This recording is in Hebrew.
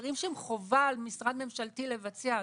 דברים שהם חובה על משרד ממשלתי לבצע.